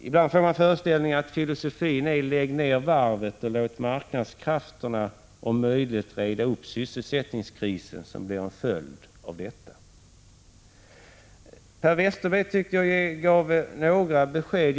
Ibland får man intrycket att deras filosofi är att man skall lägga ned varvet och låta marknadskrafterna om möjligt reda upp den sysselsättningskris som blir en följd av nedläggningen. Per Westerberg gav några besked.